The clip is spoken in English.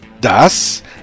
Das